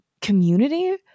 community